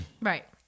right